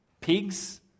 pigs